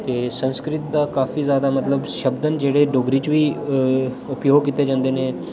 ते संस्कृत दा काफी जादा मतलब शब्द न जेह्डे़ डोगरी च बी उपजोग कीते जन्दे न